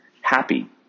happy